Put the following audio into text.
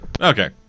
okay